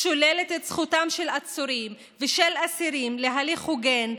שוללת את זכותם של עצורים ושל אסירים להליך הוגן,